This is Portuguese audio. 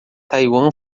taiwan